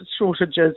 shortages